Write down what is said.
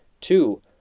Two